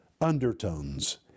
undertones